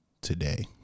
today